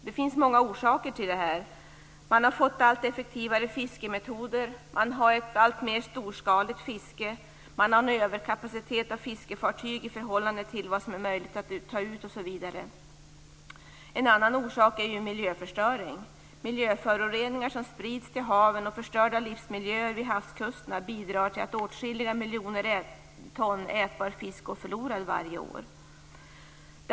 Det finns många orsaker till detta; man har fått allt effektivare fiskemetoder, man har ett alltmer storskaligt fiske, man har en överkapacitet av fiskefartyg i förhållande till vad som är möjligt att ta ut osv. En annan orsak är miljöförstöring. Miljöföroreningar som sprids till haven och förstörda livsmiljöer vid havskusterna bidrar till att åtskilliga miljoner ton ätbar fisk går förlorad varje år.